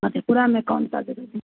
मधेपुरा में कौन सा जगह जी